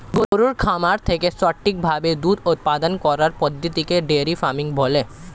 গরুর খামার থেকে সঠিক ভাবে দুধ উপাদান করার পদ্ধতিকে ডেয়ারি ফার্মিং বলে